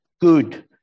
good